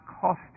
cost